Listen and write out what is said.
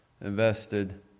invested